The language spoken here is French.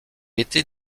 était